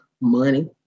Money